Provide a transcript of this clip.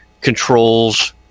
controls